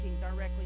directly